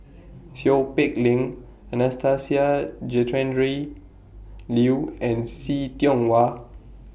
Seow Peck Leng Anastasia Tjendri Liew and See Tiong Wah